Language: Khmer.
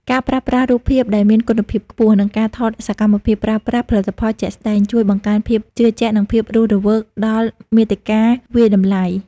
ការប្រើប្រាស់រូបភាពដែលមានគុណភាពខ្ពស់ និងការថតសកម្មភាពប្រើប្រាស់ផលិតផលជាក់ស្តែង ជួយបង្កើនភាពជឿជាក់ និងភាពរស់រវើកដល់មាតិកាវាយតម្លៃ។